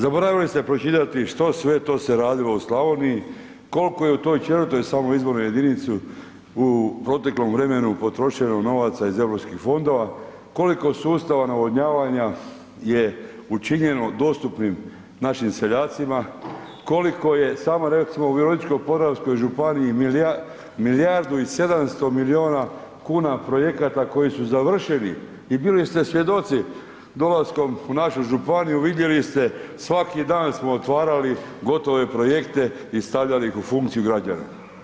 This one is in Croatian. Zaboravili ste pročitati što sve to se radilo u Slavoniji, koliko je to u 4. izbornoj jedinici u proteklom vremenu potrošeno novaca iz europskih fondova, koliko sustava navodnjavanja je učinjeno dostupnim našim seljacima, koliko je samo recimo u Virovitičko-podravskoj županiji milijardu i 700 milijuna kuna projekata koji su završeni i bili ste svjedoci dolaskom u našu županiju, vidjeli ste svaki dan smo otvarali gotove projekte i stavljali ih u funkciju građana.